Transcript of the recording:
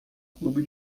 clube